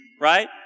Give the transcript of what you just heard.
right